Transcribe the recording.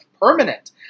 permanent